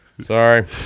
Sorry